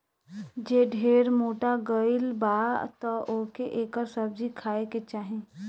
जे ढेर मोटा गइल बा तअ ओके एकर सब्जी खाए के चाही